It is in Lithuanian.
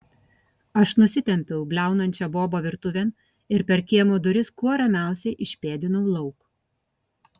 aš nusitempiau bliaunančią bobą virtuvėn ir per kiemo duris kuo ramiausiai išpėdinau lauk